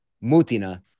Mutina